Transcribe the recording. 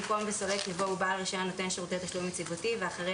במקום "וסולק" יבוא "ובעל רישיון נותן שירותי תשלום יציבותי" ואחרי